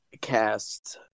cast